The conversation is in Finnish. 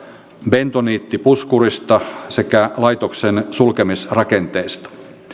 bentoniittipuskurista sekä laitoksen sulkemisrakenteista